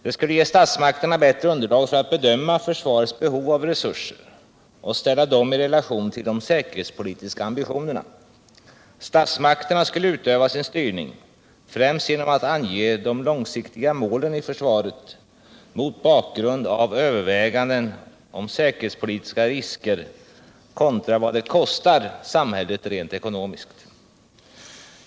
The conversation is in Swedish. Det skulle ge statsmakterna bättre underlag för att bedöma försvarets behov av resurser och ställa dem i relation till de säkerhetspolitiska ambitionerna. Statsmakterna skulle utöva sin styrning främst genom att ange de långsiktiga målen i försvaret mot bakgrund av överväganden om säkerhetspolitiska risker kontra vad det kostar samhället rent ekonomiskt.